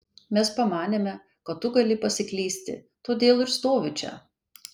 mes pamanėme kad tu gali pasiklysti todėl ir stoviu čia